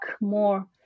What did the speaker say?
more